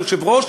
היושב-ראש,